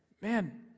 man